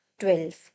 12